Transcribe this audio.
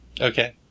Okay